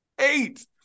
eight